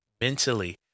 mentally